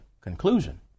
conclusion